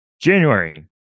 January